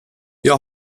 jag